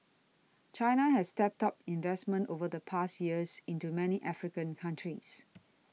China has stepped up investment over the past years into many African countries